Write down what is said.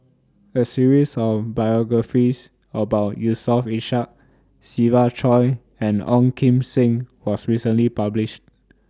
A series of biographies about Yusof Ishak Siva Choy and Ong Kim Seng was recently published